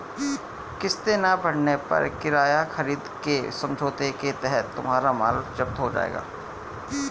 किस्तें ना भरने पर किराया खरीद के समझौते के तहत तुम्हारा माल जप्त हो जाएगा